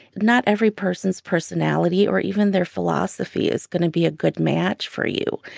not every person's personality or even their philosophy is going to be a good match for you.